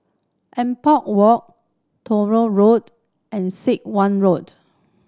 Ampang Walk Tronoh Road and Sit Wah Road